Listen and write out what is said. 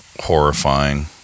horrifying